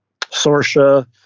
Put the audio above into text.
Sorsha